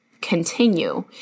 continue